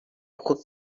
hukuk